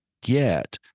get